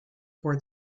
for